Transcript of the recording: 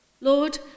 lord